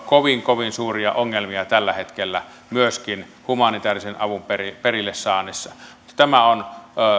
kovin kovin suuria ongelmia tällä hetkellä myöskin humanitäärisen avun perillesaannissa on